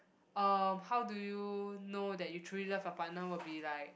uh how do you know that you truly love your partner will be like